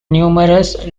numerous